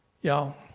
Y'all